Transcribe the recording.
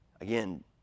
again